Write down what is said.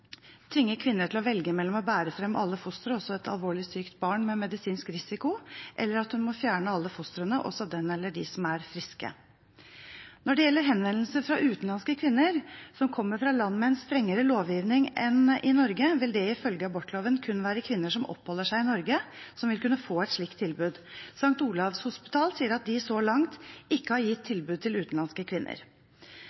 kvinner til å velge mellom å bære frem alle fostrene, også et alvorlig sykt barn med medisinsk risiko, og å fjerne alle fostrene, også det eller de som er friske. Når det gjelder henvendelser fra utenlandske kvinner som kommer fra land med en strengere lovgivning enn i Norge, vil det ifølge abortloven kun være kvinner som oppholder seg i Norge, som vil kunne få et slikt tilbud. St. Olavs hospital sier at de så langt ikke har gitt